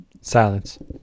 Silence